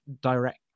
direct